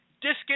Discus